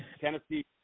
Tennessee